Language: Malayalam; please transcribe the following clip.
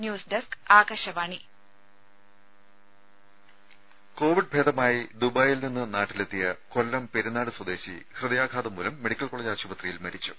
ന്യൂസ് ഡസ്ക് ആകാശവാണി ദേദ കോവിഡ് ഭേദമായി ദുബായിൽനിന്ന് നാട്ടിലെത്തിയ കൊല്ലം പെരിനാട് സ്വദേശി ഹൃദയാഘാതം മൂലം മെഡിക്കൽ കോളേജ് ആശുപത്രിയിൽ മരിച്ചു